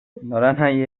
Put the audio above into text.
nolanahi